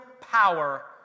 power